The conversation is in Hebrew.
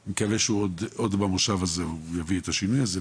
ואני מקווה שעוד במושב הזה הוא יביא את השינוי הזה.